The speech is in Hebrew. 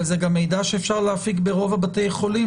אבל זה גם מידע שאפשר להפיק ברוב בתי החולים,